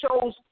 shows